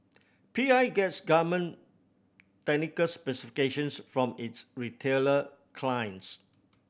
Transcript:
P I gets garment technical specifications from its retailer clients